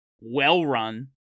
well-run